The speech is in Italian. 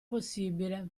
possibile